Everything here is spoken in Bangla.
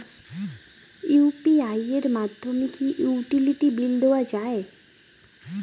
ইউ.পি.আই এর মাধ্যমে কি ইউটিলিটি বিল দেওয়া যায়?